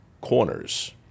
corners